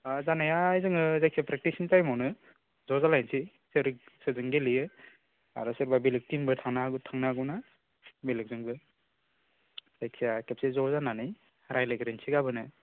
ओ जानाया जोङो जायखिया प्रेकटिसनि टाइमआवनो ज' जालायनोसै सोर सोरजों गेलेयो आरो सोरबा बेलेग टिमबो थानो हागौ बेलेगजोंबो जायखिया खेबसे जानानै ज' रायज्लायग्रोनोसै गाबोननो